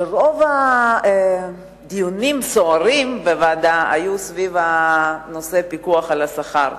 שרוב הדיונים הסוערים בוועדה היו סביב הנושא של הפיקוח על השכר,